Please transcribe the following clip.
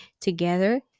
together